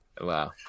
Wow